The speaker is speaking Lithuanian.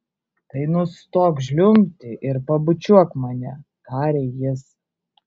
tai nustok žliumbti ir pabučiuok mane tarė jis